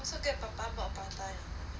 also get papa bought prata